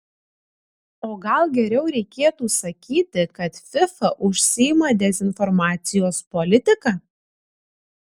o gal geriau reikėtų sakyti kad fifa užsiima dezinformacijos politika